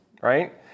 right